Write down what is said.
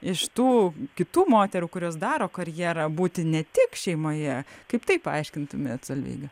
iš tų kitų moterų kurios daro karjerą būti ne tik šeimoje kaip tai paaiškintumėt solveiga